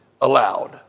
allowed